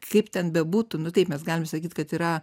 kaip ten bebūtų nu taip mes galim sakyt kad yra